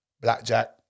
Blackjack